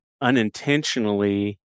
unintentionally